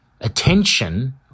attention